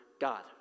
God